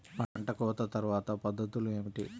పంట కోత తర్వాత పద్ధతులు ఏమిటి?